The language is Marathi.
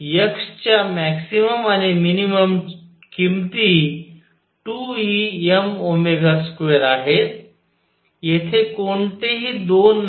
x च्या मॅक्सिमम आणि मिनिमम किमती 2Em2आहेत येथे कोणतीही दोन नाही